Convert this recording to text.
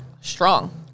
strong